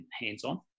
hands-on